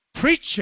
preacher